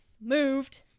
moved